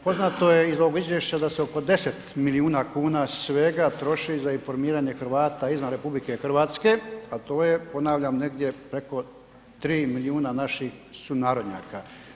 Poznato je iz ovog izvješća da se oko 10 milijuna kuna svega troši za informiranje Hrvata izvan RH, a to je ponavljam preko 3 milijuna naših sunarodnjaka.